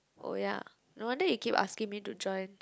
oh ya no wonder he keep asking me to join